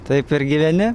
taip ir gyveni